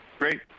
Great